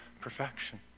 perfection